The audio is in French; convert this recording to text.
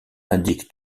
indique